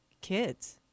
kids